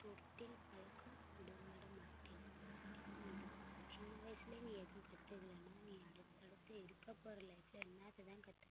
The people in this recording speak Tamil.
தொட்டில் பழக்கம் சுடுகாடு மட்டில் இந்த சின்ன வயசிலே நீ எதுவும் கற்றுக்குலேனா நீ அடுத்து அடுத்து இருக்க போகிற லைஃப்பில் என்னாத்தைதான் கற்றுக்க போகிற